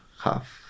half